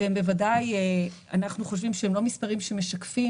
אנחנו חושבים שהם לא מספרים שמשקפים